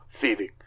thieving